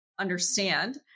understand